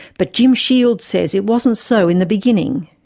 but jim shields says it wasn't so in the beginning.